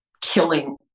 killing